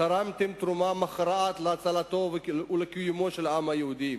תרמתם תרומה מכרעת להצלתו ולקיומו של העם היהודי,